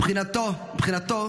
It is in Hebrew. מבחינתו,